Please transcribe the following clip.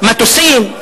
מטוסים,